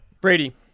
Brady